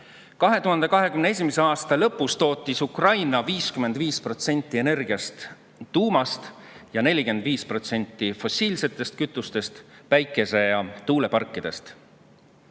2021. aasta lõpus tootis Ukraina 55% energiast tuumast ja 45% fossiilsetest kütustest, päikese‑ ja tuuleparkides.